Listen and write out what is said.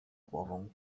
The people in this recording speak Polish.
głową